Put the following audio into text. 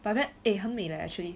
but then eh 很美 leh actually